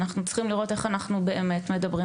אנחנו צריכים לראות איך אנחנו באמת מדברים